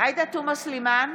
עאידה תומא סלימאן,